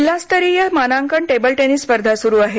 जिल्हास्तरीय मानांकन table tennis स्पर्धा सुरु आहेत